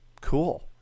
Cool